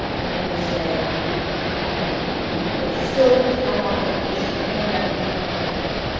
and you're gonna say i'm weak i'm weak i'm weak but you still don't want me to push your hand down, you're still gonna resist.